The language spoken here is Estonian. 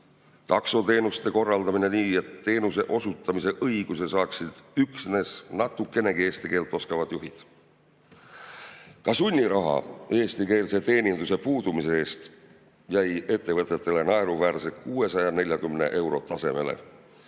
taksoteenuste korraldamine nii, et teenuse osutamise õiguse saaksid üksnes natukenegi eesti keelt oskavad juhid. Ka sunniraha eestikeelse teeninduse puudumise korral jäi ettevõtetele naeruväärse 640 euro tasemele